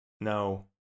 no